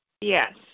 yes